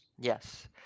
Yes